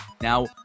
Now